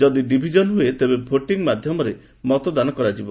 ଯଦି ଡିଭିଜନ୍ ହୁଏ ତେବେ ଭୋଟିଂ ମାଧ୍ୟମରେ ମତଦାନ କରାଯିବ